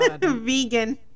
vegan